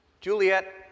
Juliet